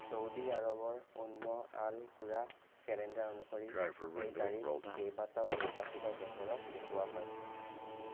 চৌদি আৰবৰ উন্ম আল কুৰা কেলেণ্ডাৰ অনুসৰি এই তাৰিখ কেইবাটাও নিৰ্বাচিত বছৰত দেখুওৱা হয়